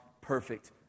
perfect